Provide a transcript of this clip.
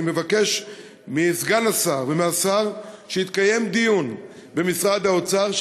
אני מבקש מסגן השר ומהשר שיתקיים דיון במשרד האוצר,